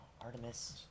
Artemis